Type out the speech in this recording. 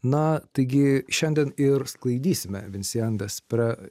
na taigi šiandien ir sklaidysime vincian despre